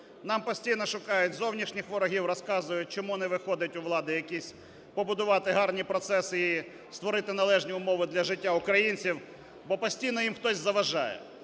Нам постійно шукають зовнішніх ворогів, розказують, чому не виходить у влади якісь побудувати гарні процеси і створити належні умови для життя українців, бо постійно їм хтось заважає.